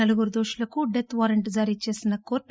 నలుగురు దోషులకు death warrant జారీచేసిన కోర్లు